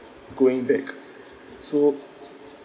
going back so